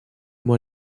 moi